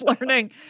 learning